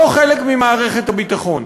לא חלק ממערכת הביטחון.